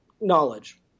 knowledge